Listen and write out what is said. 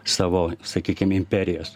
savo sakykim imperijas